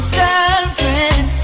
girlfriend